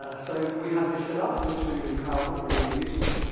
ah so we have this set up and it's really, really powerful and really, really useful.